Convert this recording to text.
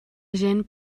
gent